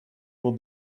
will